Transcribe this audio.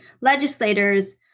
legislators